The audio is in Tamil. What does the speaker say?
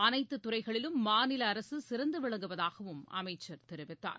அனைத்து துறைகளிலும் மாநில அரசு சிறந்து விளங்குவதாகவும் அமைச்சர் தெரிவித்தார்